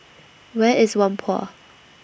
Where IS Whampoa